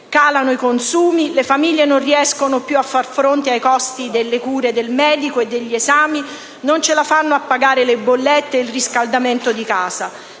calano i consumi, le famiglie non riescono più a far fronte ai costi delle cure del medico e degli esami, non ce la fanno a pagare le bollette e il riscaldamento di casa.